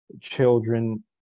children